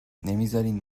نمیزارین